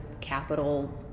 capital